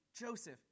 Joseph